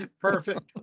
Perfect